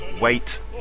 wait